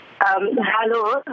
Hello